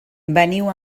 veniu